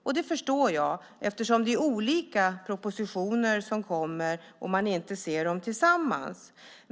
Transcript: Och det förstår jag, eftersom det är olika propositioner som kommer och man inte ser dem tillsammans.